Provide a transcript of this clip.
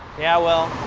yeah, well,